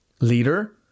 leader